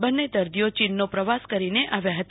બંને દર્દીઓ ચીનનો પ્રવાસ કરીને આવ્યા હતા